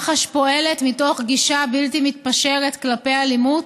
מח"ש פועלת מתוך גישה בלתי מתפשרת כלפי אלימות,